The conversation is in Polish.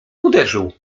uderzył